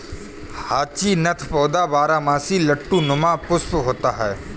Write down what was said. hyacinth पौधा बारहमासी लट्टू नुमा पुष्प होता है